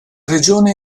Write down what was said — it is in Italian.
regione